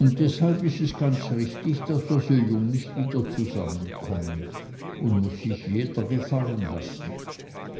und deshalb is es ganz richtig daß wir so jung nich wieder zusammenkommen und muß sich jeder gefallen lassen